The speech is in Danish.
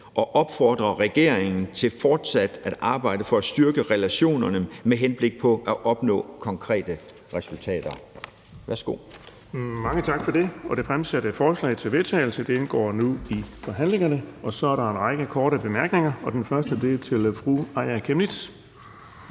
og opfordrer regeringen til fortsat at arbejde for at styrke relationerne med henblik på at opnå konkrete resultater.«